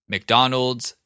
McDonald's